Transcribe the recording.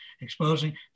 exposing